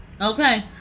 Okay